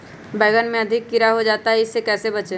बैंगन में अधिक कीड़ा हो जाता हैं इससे कैसे बचे?